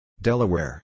Delaware